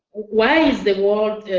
why is the world